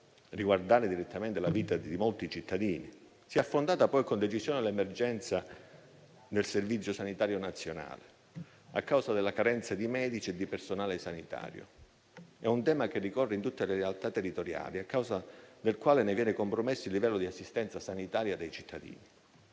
riguardare direttamente la vita di molti cittadini. Si è affrontata poi con decisione l'emergenza del Servizio sanitario nazionale, a causa della carenza di medici e di personale sanitario. È un tema che ricorre in tutte le realtà territoriali, a causa del quale viene compromesso il livello di assistenza sanitaria dei cittadini.